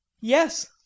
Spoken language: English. Yes